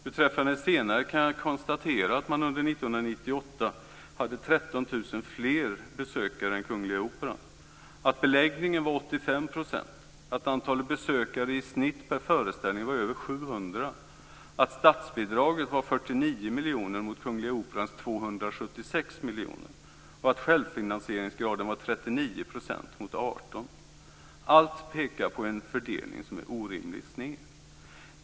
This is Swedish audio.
Beträffande det senare kan jag konstatera att man under 1998 hade 13 000 fler besökare än Kungliga Operan, att beläggningen var 85 %, att antalet besökare i snitt per föreställning var över 700, att statsbidraget var 49 miljoner kronor mot Kungliga Operans 276 miljoner kronor, att självfinansieringsgraden var 39 % mot 18 %. Allt pekar mot en fördelning som är orimligt sned.